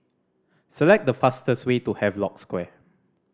select the fastest way to Havelock Square